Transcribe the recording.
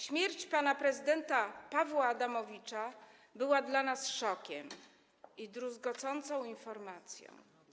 Śmierć pana prezydenta Pawła Adamowicza była dla nas szokiem i druzgocącą informacją.